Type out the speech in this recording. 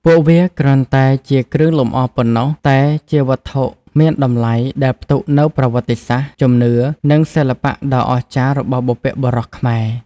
ពួកវាគ្រាន់តែជាគ្រឿងលម្អប៉ុណ្ណោះ តែជាវត្ថុមានតម្លៃដែលផ្ទុកនូវប្រវត្តិសាស្ត្រ ជំនឿ និងសិល្បៈដ៏អស្ចារ្យរបស់បុព្វបុរសខ្មែរ។